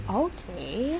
okay